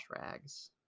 rags